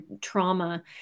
trauma